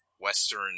Western